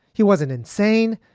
he wasn't insane.